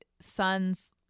son's